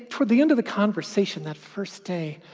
toward the end of the conversation, that first day,